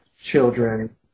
children